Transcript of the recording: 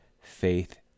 Faith